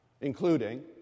including